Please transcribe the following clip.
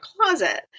closet